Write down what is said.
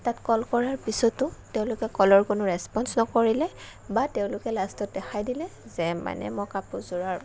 তাত কল কৰাৰ পিছতো তেওঁলোকে কলৰ কোনো ৰেছপঞ্চ নকৰিলে বা তেওঁলোকে লাষ্টত দেখাই দিলে যে মানে মই কাপোৰযোৰ